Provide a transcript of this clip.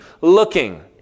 looking